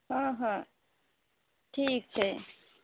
हँ हँ ठीक छै